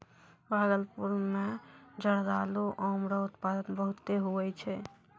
भागलपुर मे जरदालू आम रो उत्पादन बहुते हुवै छै